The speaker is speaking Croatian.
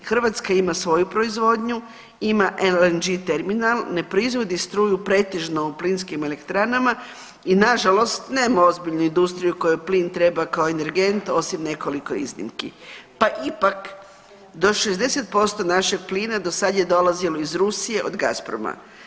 Hrvatska ima svoju proizvodnju, ima LNG terminal, ne proizvodi struju pretežno u plinskim elektranama i nažalost nema ozbiljnu industriju kojoj plin treba kao energent osim nekoliko iznimki, pa ipak do 60% našeg plina do sad je dolazilo iz Rusije od Gasproma.